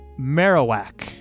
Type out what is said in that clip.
marowak